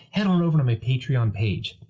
head on over to my patreon page.